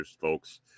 folks